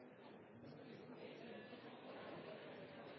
det skal